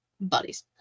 buddies